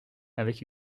avec